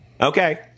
Okay